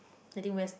I think